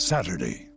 Saturday